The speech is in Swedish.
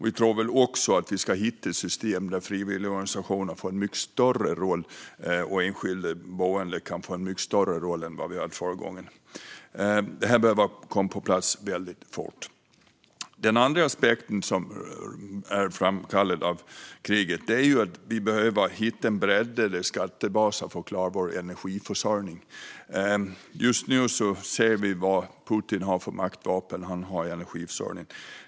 Vi tror också att vi ska hitta system där frivilligorganisationer och enskilda boenden kan få en mycket större roll än de hade förra gången. Det här behöver komma på plats väldigt fort. Den andra frågan som framkallats av kriget är att vi behöver bredda våra skattebaser för att klara vår energiförsörjning. Just nu ser vi att Putin har energiförsörjningen som ett maktmedel.